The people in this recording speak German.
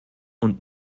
und